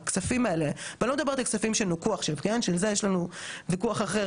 על זה יש לנו וויכוח אחר שאולי נדבר עליו טיפה בהקשרים ספציפיים,